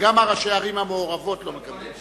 וגם ראשי הערים המעורבות לא מקבלים.